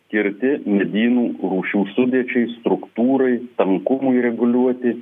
skirti medynų rūšių sudėčiai struktūrai tankumui reguliuoti